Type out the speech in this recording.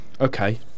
Okay